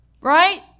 Right